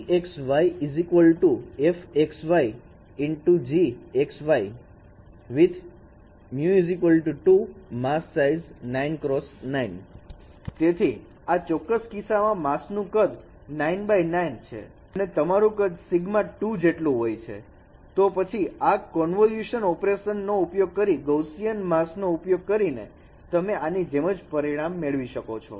gx y fx y ∗ Gx y with σ 2 mask size 9X9 તેથી આ ચોક્કસ કિસ્સામાં માસ્ક નું કદ 9 x 9 છે અને તમારું σ 2 જેટલું હોય છે તો પછી આ કોન્વોલ્યુશન ઓપરેશન નો ઉપયોગ કરી ગૌસીયન માસ્ક નો ઉપયોગ કરીને તમે આની જેમ પરિણામ મેળવી શકો છો